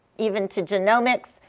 even to genomics,